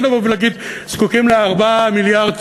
לבוא ולהגיד שזקוקים להשיג 4 מיליארד,